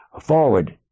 forward